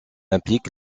implique